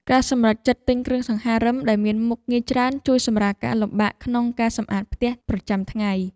ការសម្រេចចិត្តទិញគ្រឿងសង្ហារិមដែលមានមុខងារច្រើនជួយសម្រាលការលំបាកក្នុងការសម្អាតផ្ទះប្រចាំថ្ងៃ។